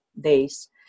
days